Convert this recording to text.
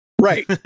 Right